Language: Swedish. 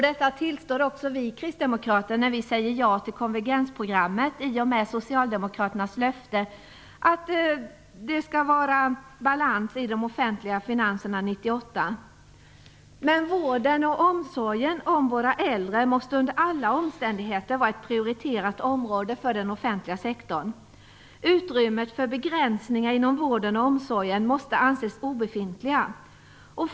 Detta tillstår också vi kristdemokrater när vi säger ja till konvergensprogrammet i och med socialdemokraternas löfte att det skall vara balans i de offentliga finanserna 1998. Men vården och omsorgen om våra äldre måste under alla omständigheter vara ett prioriterat område för den offentliga sektorn. Utrymmet för begränsningar inom vården och omsorgen måste anses obefintligt.